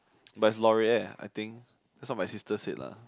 but is Loreal I think that's what my sister say lah